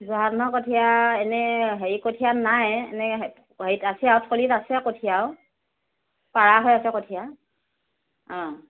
জহা ধানৰ কঠীয়া এনে হেৰি কঠীয়া নাই এনে হেৰিত আছে আৰু থলীত আছে কঠীয়া আৰু পৰা হৈ আছে কঠীয়া অ